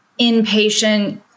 inpatient